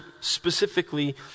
specifically